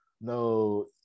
no